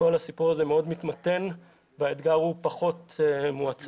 כל הסיפור הזה מאוד מתמתן והאתגר הוא פחות מועצם.